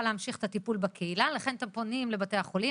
להמשיך את הטיפול בקהילה" ולכן אתם פונים לבתי החולים